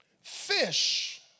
fish